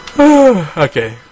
Okay